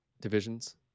divisions